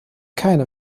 keine